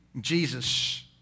Jesus